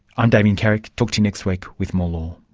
i'm damien carrick, talk to you next week with more law